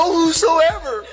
whosoever